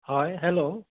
হয় হেল্ল'